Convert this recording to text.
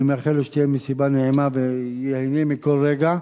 אני מאחל לו שתהיה מסיבה נעימה ושייהנה מכל רגע.